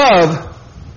love